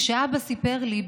כשאבא סיפר לי,